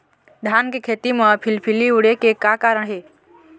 धान के खेती म फिलफिली उड़े के का कारण हे?